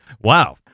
Wow